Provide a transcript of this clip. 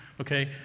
okay